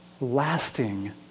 Lasting